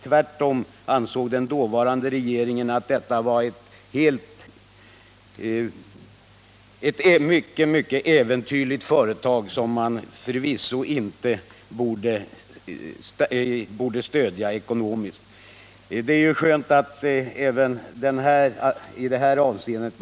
Tvärtom ansåg den dåvarande regeringen att det var ett mycket äventyrligt företag, som man förvisso inte borde stödja ens med krediter. Det är ju skönt att man har tänkt om även i det här avseendet.